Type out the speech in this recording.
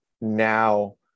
now